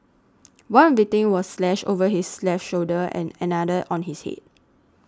one victim was slashed over his left shoulder and another on his head